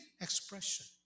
expression